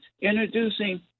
introducing